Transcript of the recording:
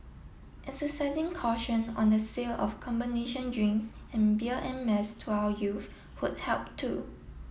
exercising caution on the sale of combination drinks and beer en mass to our youth would help too